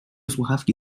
słuchawki